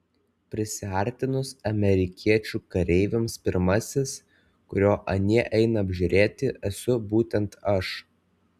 prisiartinus amerikiečių kareiviams pirmasis kurio anie eina apžiūrėti esu būtent aš